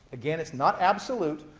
again, it's not absolute.